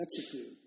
execute